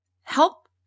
help